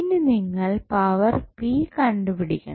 ഇനി നിങ്ങൾ പവർ കണ്ടുപിടിക്കും